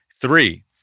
Three